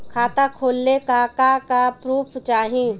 खाता खोलले का का प्रूफ चाही?